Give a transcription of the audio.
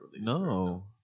No